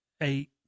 eight